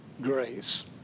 grace